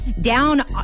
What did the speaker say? down